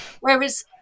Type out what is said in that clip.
Whereas